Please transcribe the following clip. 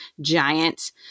giant